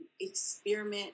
experiment